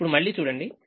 ఇప్పుడు మళ్లీ చూడండి